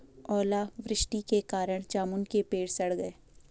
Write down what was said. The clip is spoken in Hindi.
ओला वृष्टि के कारण जामुन के पेड़ सड़ गए